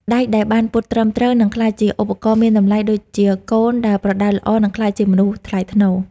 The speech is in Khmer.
ដែកដែលបានពត់ត្រឹមត្រូវ នឹងក្លាយជាឧបករណ៍មានតម្លៃ ដូចជាកូនដែលប្រដៅល្អនឹងក្លាយជាមនុស្សថ្លៃថ្នូរ។